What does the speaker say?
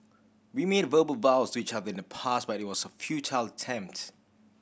we made verbal vows to each other in the past but it was a futile attempt